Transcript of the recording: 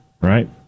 right